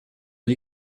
wie